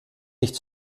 nicht